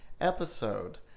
episode